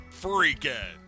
freaking